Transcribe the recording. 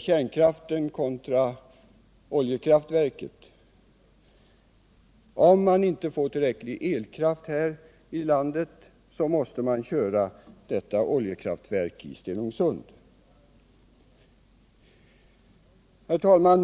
kärnkraften kontra oljekraftverket. Om man inte får tillräcklig elkraft här i landet måste man köra detta oljekraftverk i Stenungsund. Herr talman!